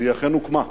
והיא אכן הוקמה.